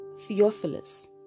Theophilus